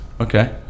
Okay